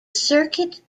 circuit